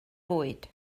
fwyd